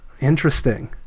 Interesting